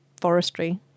forestry